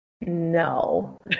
No